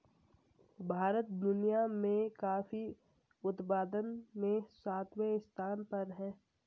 भारत दुनिया में कॉफी उत्पादन में सातवें स्थान पर है